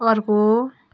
अर्को